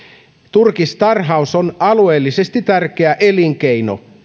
turkistarhaus on alueellisesti tärkeä elinkeino